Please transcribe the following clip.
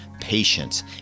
patience